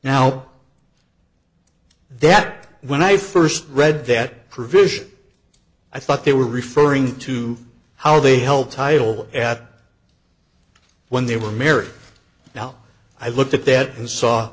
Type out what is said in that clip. now that when i first read that provision i thought they were referring to how they help title at when they were married now i looked at that and saw